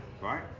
right